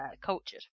cultured